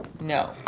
No